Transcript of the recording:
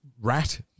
rat